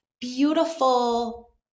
beautiful